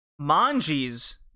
Manji's